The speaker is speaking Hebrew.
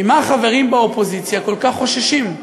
ממה החברים באופוזיציה כל כך חוששים?